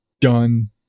done